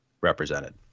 represented